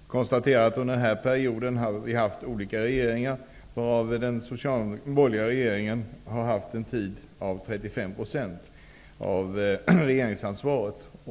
Jag konstaterar att vi under den här perioden haft olika regeringar, varav borgerliga regeringar haft 35 % av regeringsansvaret.